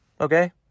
Okay